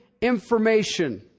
information